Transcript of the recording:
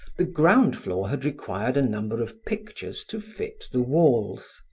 the ground floor had required a number of pictures to fit the walls.